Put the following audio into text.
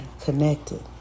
connected